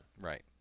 Right